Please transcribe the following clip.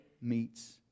meets